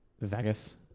Vegas